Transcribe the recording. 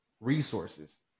resources